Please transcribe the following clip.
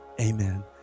amen